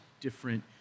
different